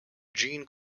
gene